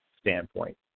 standpoint